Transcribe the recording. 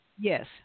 Yes